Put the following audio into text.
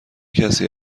کسی